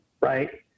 right